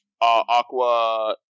Aqua